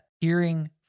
hearing